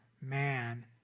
man